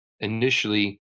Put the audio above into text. initially